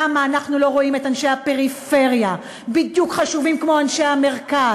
למה אנחנו לא רואים את אנשי הפריפריה חשובים בדיוק כמו אנשי המרכז,